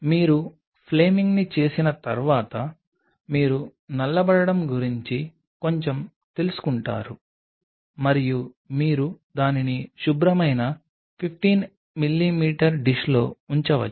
మీరు ఫ్లేమింగ్ని చేసిన తర్వాత మీరు నల్లబడటం గురించి కొంచెం తెలుసుకుంటారు మరియు మీరు దానిని శుభ్రమైన 15 మిమీ డిష్లో ఉంచవచ్చు